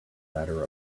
ladder